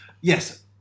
yes